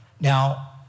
Now